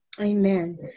Amen